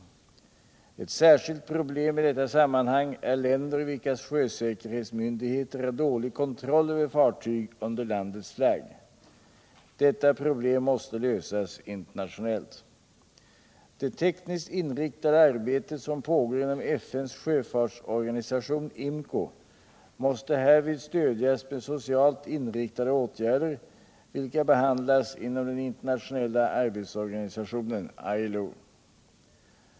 Ett särskilt problem i detta sammanhang är länder vilkas sjösäkerhetsmyndigheter har dålig kontroll över fartyg under landets flagg. Detta problem måste lösas internationellt. Det tekniskt inriktade arbetet som pågår inom FN:s sjöfartsorganisation IMCO måste härvid stödjas med socialt inriktade åtgärder, vilka behandlas inom den internationella arbetsorganisationen ILO.